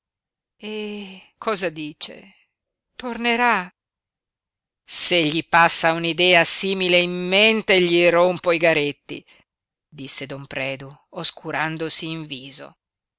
e cosa dice tornerà se gli passa un'idea simile in mente gli rompo i garetti disse don predu oscurandosi in viso